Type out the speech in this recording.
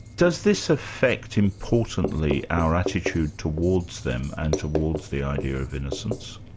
does this affect importantly our attitude towards them and towards the idea of innocence?